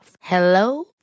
Hello